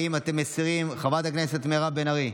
האם אתם מסירים, חברת הכנסת מירב בן ארי?